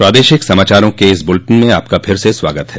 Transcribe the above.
प्रादेशिक समाचारों के इस बुलेटिन में आपका फिर से स्वागत है